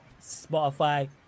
spotify